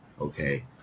okay